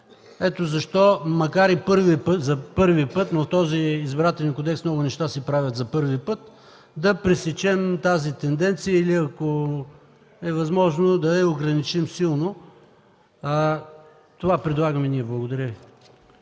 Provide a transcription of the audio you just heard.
Ето защо, макар и за първи път, но в този Избирателен кодекс много неща се правят за първи път, да пресечем тази тенденция, ако е възможно, да я ограничим силно. Това предлагаме ние. Благодаря Ви.